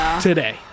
today